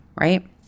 right